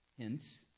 Hence